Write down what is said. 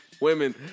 women